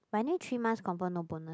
but only three months confirm no bonus